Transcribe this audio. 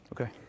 Okay